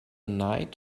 night